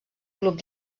club